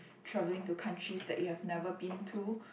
travelling to countries that you've never been to